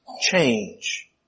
change